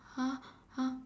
!huh! !huh!